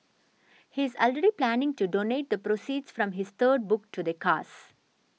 he is already planning to donate the proceeds from his third book to the cause